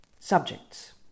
Subjects